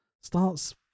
Starts